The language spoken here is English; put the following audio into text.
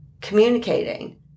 communicating